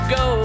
go